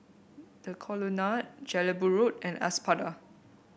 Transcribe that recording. The Colonnade Jelebu Road and Espada